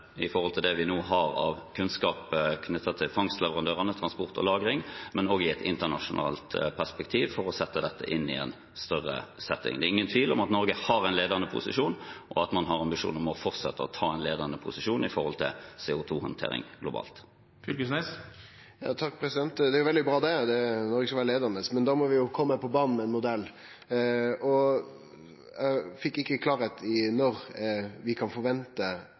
det vi nå har av kunnskap knyttet til fangstleverandørene, transport og lagring, og i et internasjonalt perspektiv, for å sette dette inn i en større setting. Det er ingen tvil om at Norge har en ledende posisjon, og at man har ambisjon om å fortsette å ta en ledende posisjon når det gjelder CO 2 -håndtering globalt. Det er veldig bra at Noreg skal vere leiande, men da må vi jo kome på banen med ein modell. Eg fekk ikkje tak i når vi kan forvente